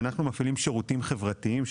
אנחנו מפעילים שירותים חברתיים,